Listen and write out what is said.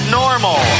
normal